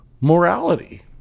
Morality